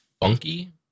funky